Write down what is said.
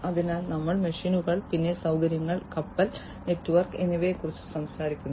അതിനാൽ ഞങ്ങൾ മെഷീനുകൾ പിന്നെ സൌകര്യങ്ങൾ കപ്പൽ നെറ്റ്വർക്ക് എന്നിവയെക്കുറിച്ചാണ് സംസാരിക്കുന്നത്